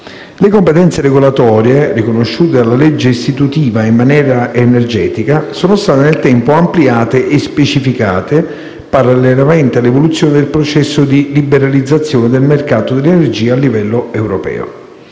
Le competenze regolatorie riconosciute dalla legge istitutiva in materia energetica sono state nel tempo ampliate e specificate, parallelamente all'evoluzione del processo di liberalizzazione del mercato dell'energia a livello europeo.